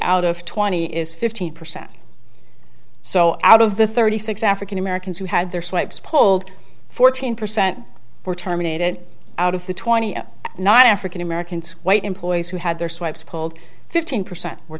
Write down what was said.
out of twenty is fifteen percent so out of the thirty six african americans who had their swipes pulled fourteen percent were terminated out of the twenty nine african americans white employees who had their swipes pulled fifteen percent were